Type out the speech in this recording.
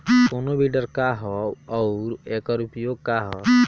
कोनो विडर का ह अउर एकर उपयोग का ह?